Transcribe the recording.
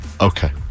Okay